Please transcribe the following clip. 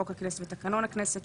חוק הכנסת ותקנון הכנסת,